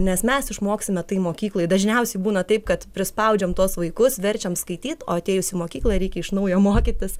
nes mes išmoksime tai mokykloj dažniausiai būna taip kad prispaudžiam tuos vaikus verčiam skaityt o atėjus į mokyklą reikia iš naujo mokytis